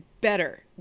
better